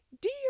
Dear